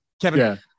Kevin